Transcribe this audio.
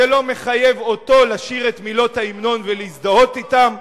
זה לא מחייב אותו לשיר את מילות ההמנון ולהזדהות אתן,